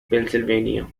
pennsylvania